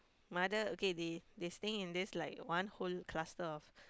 mother okay they they staying in this like one whole cluster of